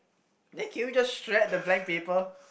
then can we just shred the blank paper